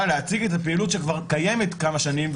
להציג את הפעילות שכבר קיימת כמה שנים,